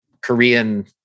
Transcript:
Korean